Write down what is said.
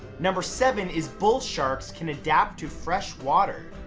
number seven, is bull sharks can adapt to freshwater.